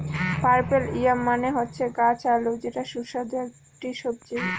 purple yam মানে হচ্ছে গাছ আলু যেটা সুস্বাদু একটি সবজি